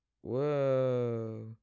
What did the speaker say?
whoa